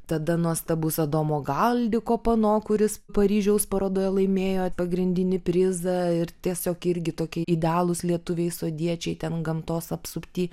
tada nuostabus adomo galdiko pano kuris paryžiaus parodoje laimėjo pagrindinį prizą ir tiesiog irgi tokie idealūs lietuviai sodiečiai ten gamtos apsupty